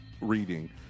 reading